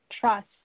trust